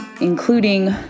including